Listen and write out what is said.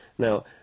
Now